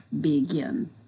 begin